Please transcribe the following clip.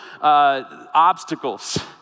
obstacles